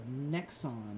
Nexon